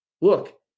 Look